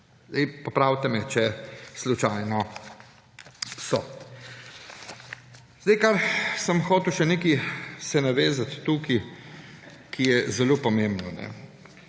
Popravite me, če slučajno so. Hotel sem se še nekaj navezati tukaj, kar je zelo pomembno.